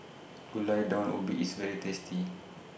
Gulai Daun Ubi IS very tasty